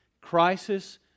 Crisis